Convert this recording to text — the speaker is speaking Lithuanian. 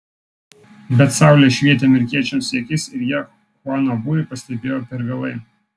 bet saulė švietė amerikiečiams į akis ir jie chuano būrį pastebėjo per vėlai